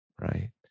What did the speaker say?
right